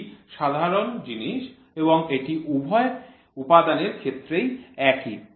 এটি সাধারণ জিনিস এবং এটি উভয় উপাদানের ক্ষেত্রেই একই